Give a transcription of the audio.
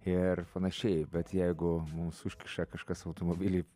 ir panašiai bet jeigu mūsų užkiša kažkas automobilį